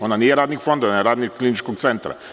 Ona nije radnik fonda, ona je radnik Kliničkog centra.